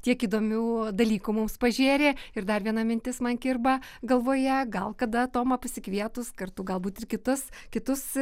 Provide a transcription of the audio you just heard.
tiek įdomių dalykų mums pažėrė ir dar viena mintis man kirba galvoje gal kada tomą pasikvietus kartu galbūt ir kitus kitus